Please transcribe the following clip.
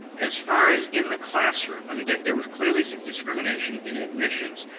as far as in the classroom. i mean there there was clearly discrimination in admissions.